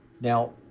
Now